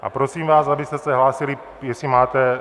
A prosím vás, abyste se hlásili, jestli máte...